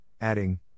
adding